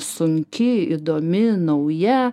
sunki įdomi nauja